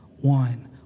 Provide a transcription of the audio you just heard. one